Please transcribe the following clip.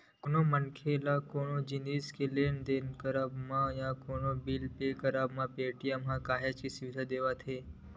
कोनो मनखे ल कोनो जिनिस के लेन देन करब म या कोनो बिल पे करब म पेटीएम ह काहेच सुबिधा देवथे